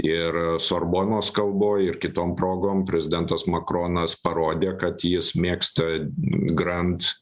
ir sorbonos kalboj ir kitom progom prezidentas makronas parodė kad jis mėgsta grand